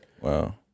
Wow